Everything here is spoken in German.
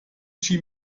chi